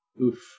Oof